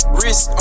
Wrist